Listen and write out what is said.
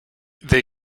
they